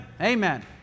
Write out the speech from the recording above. Amen